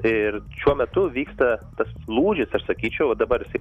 ir šiuo metu vyksta tas lūžis aš sakyčiau va dabar jisai